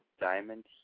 diamond